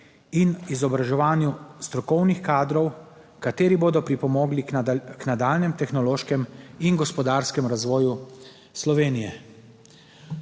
in izobraževanju strokovnih kadrov, kateri bodo pripomogli k nadaljnjemu tehnološkem in gospodarskem razvoju Slovenije.